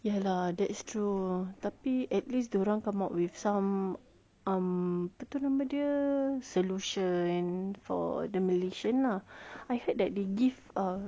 ya lah that's true tapi at least dia orang come up with some um apa tu nama dia solution for the malaysian lah I heard that they give um